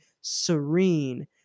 serene